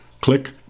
Click